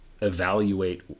evaluate